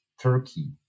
Turkey